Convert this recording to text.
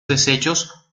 deshechos